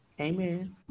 Amen